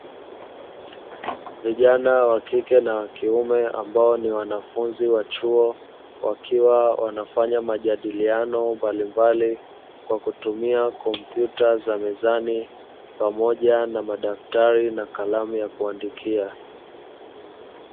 Vijana wa kike na kiume ambao ni wanafunzi wa chuo, wakiwa wanafanya majadiliano mbalimbali kwa kutumia kompyuta za mezani pamoja na madaftari na kalamu ya kuandikia.